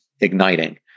igniting